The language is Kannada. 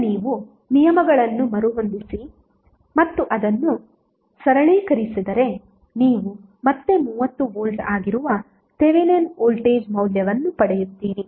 ಈಗ ನೀವು ನಿಯಮಗಳನ್ನು ಮರುಹೊಂದಿಸಿ ಮತ್ತು ಅದನ್ನು ಸರಳೀಕರಿಸಿದರೆ ನೀವು ಮತ್ತೆ 30 V ಆಗಿರುವ ಥೆವೆನಿನ್ ವೋಲ್ಟೇಜ್ ಮೌಲ್ಯವನ್ನು ಪಡೆಯುತ್ತೀರಿ